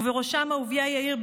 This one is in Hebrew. ובראשם אהוביה יאיר,